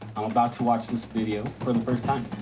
i'm about to watch this video for the first time.